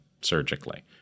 surgically